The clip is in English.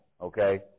okay